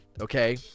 okay